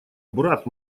брат